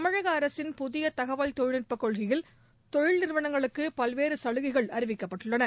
தமிழக அரசின் புதிய தகவல் தொழில்நுட்பக் கொள்கையில் தொழில் நிறுவனங்களுக்கு பல்வேறு சலுகைகள் அறிவிக்கப்பட்டுள்ளன